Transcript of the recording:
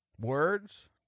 words